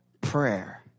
prayer